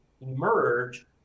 emerge